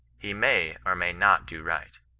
he may, or may not do right.